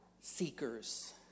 Seekers